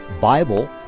Bible